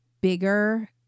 bigger